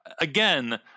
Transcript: Again